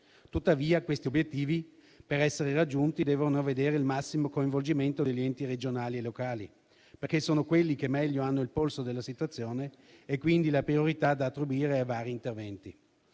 Tuttavia questi obiettivi, per essere raggiunti, devono vedere il massimo coinvolgimento degli enti regionali e locali, perché sono quelli che meglio hanno il polso della situazione e quindi la priorità da attribuire ai vari interventi.